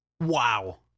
wow